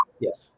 yes